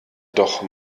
doch